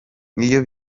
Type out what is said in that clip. iyo